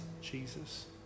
Jesus